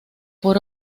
por